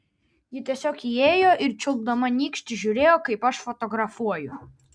ji tiesiog įėjo ir čiulpdama nykštį žiūrėjo kaip aš fotografuoju